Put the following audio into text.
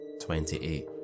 28